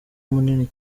munini